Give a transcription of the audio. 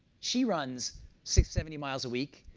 she runs sixty, seventy miles a week.